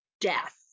death